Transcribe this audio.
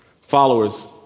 followers